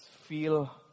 feel